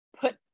put